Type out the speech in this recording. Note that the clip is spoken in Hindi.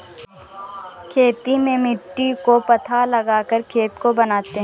खेती में मिट्टी को पाथा लगाकर खेत को बनाते हैं?